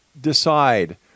decide